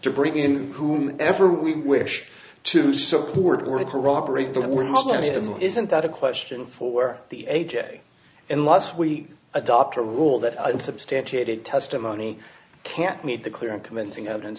to bring in whom ever we wish to support or it corroborate that were muslim isn't that a question for the a j unless we adopt a rule that unsubstantiated testimony can't meet the clear and convincing evidence